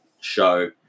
show